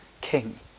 king